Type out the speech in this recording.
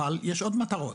אבל יש עוד מטרות,